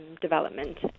development